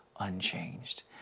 unchanged